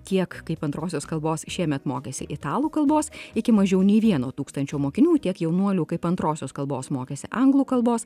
tiek kaip antrosios kalbos šiemet mokėsi italų kalbos iki mažiau nei vieno tūkstančio mokinių tiek jaunuolių kaip antrosios kalbos mokėsi anglų kalbos